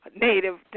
native